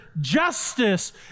justice